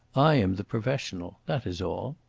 i am the professional that is all.